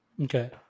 Okay